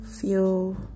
Feel